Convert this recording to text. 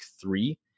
three